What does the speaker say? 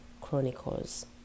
chronicles